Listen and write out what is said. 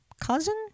cousin